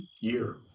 year